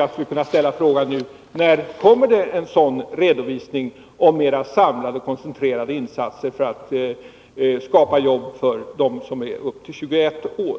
Därför frågar jag nu: När kommer en sådan redovisning av mera samlade och koncentrerade insatser för att skapa jobb för dem som är upp till 21 år?